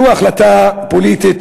זו החלטה פוליטית,